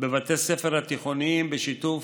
בבתי ספר תיכוניים, בשיתוף